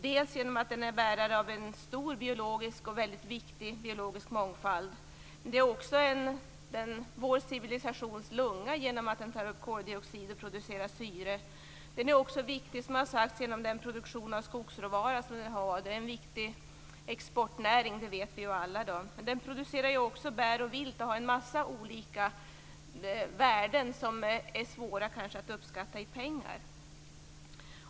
Dels är den bärare av en stor biologisk och väldigt viktig mångfald, dels är den vår civilisations lunga genom att den tar upp koldioxid och producerar syre. Den är också viktig, som har sagts, inom produktionen av skogsråvara. Vi vet ju alla i dag att den är en viktig exportnäring. Den producerar ju också bär och vilt och har en massa olika värden som kan vara svåra att uppskatta i pengar.